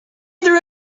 there